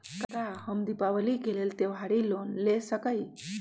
का हम दीपावली के लेल त्योहारी लोन ले सकई?